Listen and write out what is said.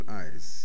eyes